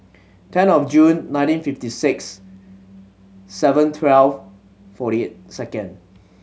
ten of June nineteen fifty six seven twelve forty eight second